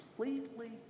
completely